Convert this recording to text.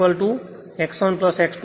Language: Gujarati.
R પણ R1 R2